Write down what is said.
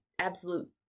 absolute